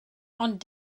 ond